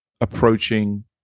approaching